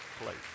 place